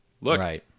Look